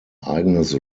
eigenes